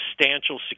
substantial